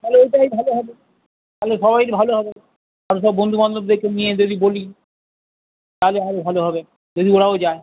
তাহলে এইটাই ভালো হবে তাহলে সবাইর ভালো হবে আরও সব বন্ধু বান্ধবদেরকে নিয়ে যদি বলি তালে আরও ভালো হবে যদি ওরাও যায়